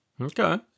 Okay